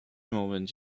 moment